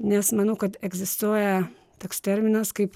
nes manau kad egzistuoja toks terminas kaip